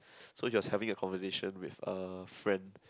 so she was having a conversation with a friend